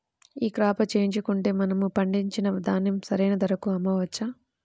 ఈ క్రాప చేయించుకుంటే మనము పండించిన ధాన్యం సరైన ధరకు అమ్మవచ్చా?